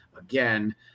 again